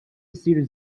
isir